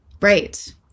Right